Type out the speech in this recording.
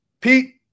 Pete